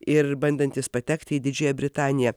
ir bandantys patekti į didžiąją britaniją